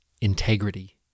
integrity